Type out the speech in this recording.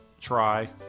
try